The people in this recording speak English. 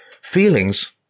Feelings